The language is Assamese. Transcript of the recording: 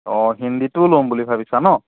অঁ হিন্দীটোও ল'ম বুলি ভাবিছা ন